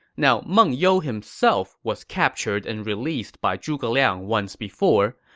now, meng you himself was captured and released by zhuge liang once before,